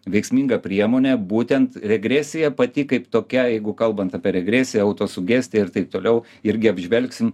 veiksminga priemonė būtent regresija pati kaip tokiai jeigu kalbant apie regresiją autosugestiją ir taip toliau irgi apžvelgsim